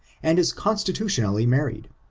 and is constitutionally married,